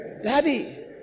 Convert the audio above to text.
Daddy